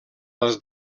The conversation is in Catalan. les